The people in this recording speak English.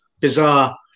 bizarre